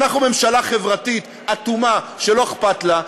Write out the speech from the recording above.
אנחנו ממשלה חברתית אטומה שלא אכפת לה,